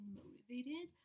motivated